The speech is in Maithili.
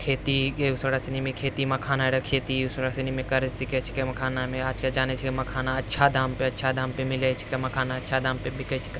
खेती ओकरा सनीमे खेती मखाना रऽ खेती करि ओकरा सनीमे करि सकै छिकै मखानामे आजकल जानै छिकै मखाना अच्छा दामपर मिलै छै मखाना अच्छा दामपर बिकै छिकै